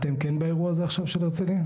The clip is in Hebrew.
אתם כן באירוע הזה עכשיו של הרצליה?